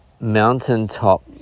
mountaintop